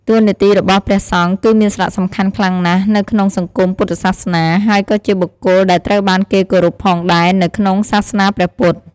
តួនាទីរបស់ព្រះសង្ឃគឺមានសារៈសំខាន់ខ្លាំងណាស់នៅក្នុងសង្គមពុទ្ធសាសនា ហើយក៏ជាបុគ្គលដែលត្រូវបានគេគោរពផងដែរនៅក្នុងសាសនាព្រះពុទ្ធ។